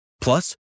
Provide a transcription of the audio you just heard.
Plus